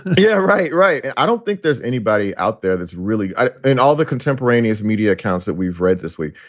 yeah, right. right. i don't think there's anybody out there that's really i mean, all the contemporaneous media accounts that we've read this week.